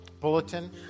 bulletin